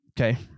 Okay